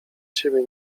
ciebie